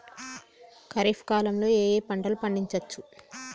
ఖరీఫ్ కాలంలో ఏ ఏ పంటలు పండించచ్చు?